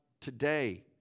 today